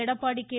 Edappadi K